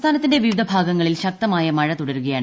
സംസ്ഥാനത്തിന്റെ വിവിധ ഭാഗങ്ങളിൽ ശക്തമായ മഴ തുടരുകയാണ്